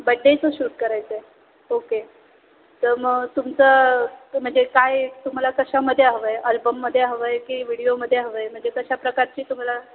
बड्डेचं शूट करायचं आहे ओके तर मग तुमचं म्हणजे काय तुम्हाला कशामध्ये हवं आहे अल्बममध्ये हवं आहे की विडिओमध्ये हवं आहे म्हणजे कशा प्रकारची तुम्हाला